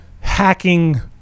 hacking